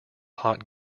hot